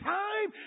time